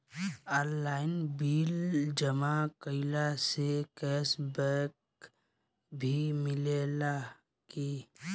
Online bill जमा कईला से कैश बक भी मिलेला की?